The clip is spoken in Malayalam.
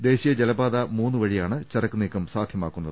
ദേശീയ ജലപാത ദ വഴിയാണ് ചരക്കുനീക്കം സാധ്യാമാക്കുന്നത്